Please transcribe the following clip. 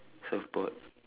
surfboard